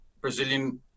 Brazilian